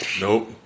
nope